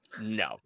No